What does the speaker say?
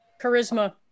Charisma